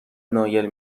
نایل